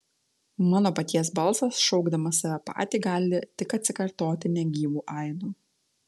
mano paties balsas šaukdamas save patį gali tik atsikartoti negyvu aidu